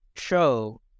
Show